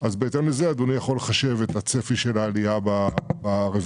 כך שאדוני יכול לחשב את הצפי של העלייה ברווחים.